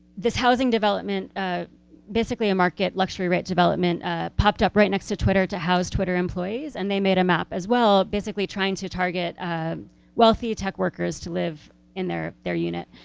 this housing development basically a market luxury-rate development popped up right next to twitter, to house twitter employees. and they made a map as well, basically trying to target wealthy tech workers to live in their their unit.